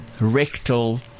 rectal